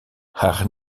haar